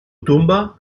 tumba